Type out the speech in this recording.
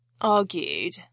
argued